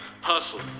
Hustle